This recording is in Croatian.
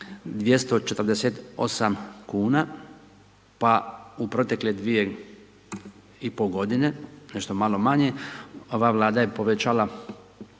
248 kn. Pa u protekle 2,5 g. nešto malo manje, ova vlada je povećala